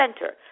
center